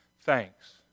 thanks